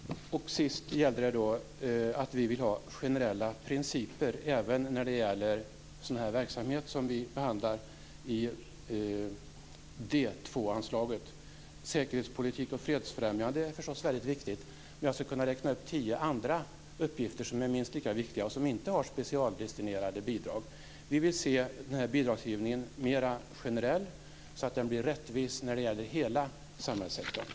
Till sist vill vi ha generella principer även när det gäller den verksamhet som behandlas i anslaget D 2. Säkerhetspolitik och fredsfrämjande insatser är naturligtvis väldigt viktigt, men jag skulle kunna räkna upp åtminstone tio andra uppgifter som är minst lika viktiga, men som inte har specialdestinerade bidrag. Vi vill se biragsgivningen mera generell så att den blir rättvis när det gäller hela samhällssektorn.